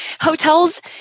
Hotels